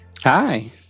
Hi